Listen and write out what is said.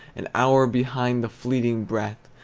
an hour behind the fleeting breath,